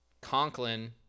Conklin